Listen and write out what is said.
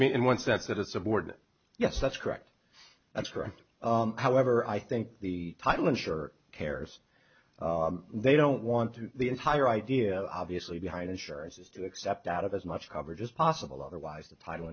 mean in one sense it is a board yes that's correct that's correct however i think the title insurer cares they don't want to the entire idea obviously behind insurance is to accept out of as much coverage as possible otherwise the title